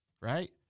right